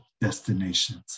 destinations